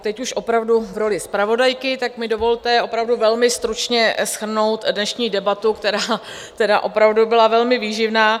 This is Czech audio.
Teď už opravdu v roli zpravodajky, tak mi dovolte opravdu velmi stručně shrnout dnešní debatu, která opravdu byla velmi výživná.